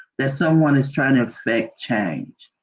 that someone is trying to affect change,